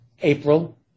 April